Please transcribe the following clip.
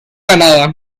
ganaba